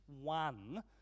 one